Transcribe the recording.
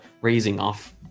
raising-off